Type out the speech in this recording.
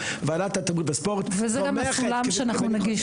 שוועדת התרבות והספורט תומכת -- וזה גם הסולם שאנחנו נגיש